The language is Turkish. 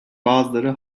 bazıları